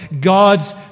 God's